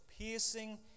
piercing